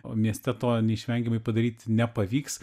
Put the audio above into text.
o mieste to neišvengiamai padaryti nepavyks